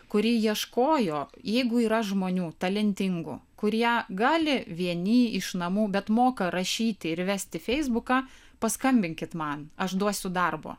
kuri ieškojo jeigu yra žmonių talentingų kurie gali vieni iš namų bet moka rašyti ir vesti feisbuką paskambinkit man aš duosiu darbo